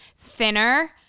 thinner